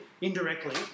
indirectly